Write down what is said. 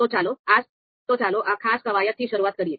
તો ચાલો આ ખાસ કવાયતથી શરૂઆત કરીએ